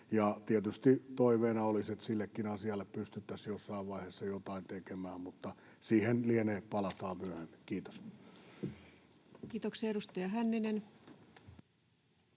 Tietysti toiveena olisi, että sillekin asialle pystyttäisiin jossain vaiheessa jotain tekemään, mutta siihen palattaneen myöhemmin. — Kiitos. [Speech